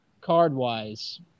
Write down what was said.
card-wise